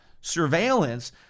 surveillance